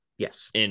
Yes